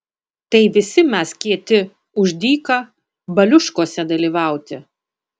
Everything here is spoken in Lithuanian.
tai visi mes kieti už dyka baliuškose dalyvauti